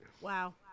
Wow